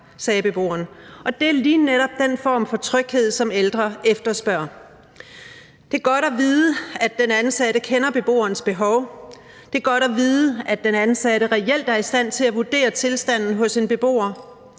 sagde beboeren. Og det er lige netop den form for tryghed, som ældre efterspørger. Det er godt at vide, at den ansatte kender beboerens behov; det er godt at vide, at den ansatte reelt er i stand til at vurdere tilstanden hos en beboer;